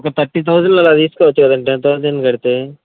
ఒక థర్టీ థౌజండ్ల్లో అలా తీసుకొచ్చు కదండి టెన్ థౌజండ్ కడితే